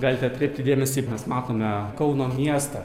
galite atkreipti dėmesį mes matome kauno miestą